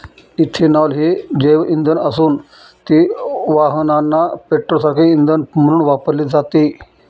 ethanol हे जैवइंधन असून ते वाहनांना पेट्रोलसारखे इंधन म्हणून वापरले जाते